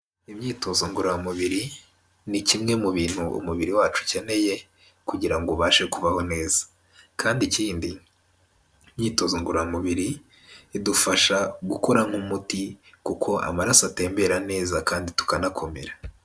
Imyitozo ngororamubiri ni kimwe mu bintu umubiri wacu ukeneye kugira ubashe kubaho neza kandi ikindi imyitozo ngororamubiri idufasha gukora nk'umuti kuko amaraso atembera neza kandi tukanakomera.